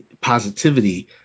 positivity